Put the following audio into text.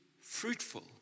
fruitful